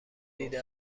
دیده